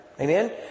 Amen